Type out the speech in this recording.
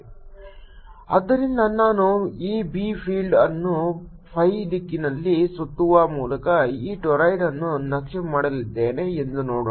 B0J A B ಆದ್ದರಿಂದ ನಾನು ಈ ಬಿ ಫೀಲ್ಡ್ ಅನ್ನು phi ದಿಕ್ಕಿನಲ್ಲಿ ಸುತ್ತುವ ಮೂಲಕ ಈ ಟೋರಿಡ್ ಅನ್ನು ನಕ್ಷೆ ಮಾಡಲಿದ್ದೇನೆ ಎಂದು ನೋಡೋಣ